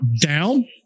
down